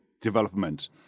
development